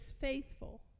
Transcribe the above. faithful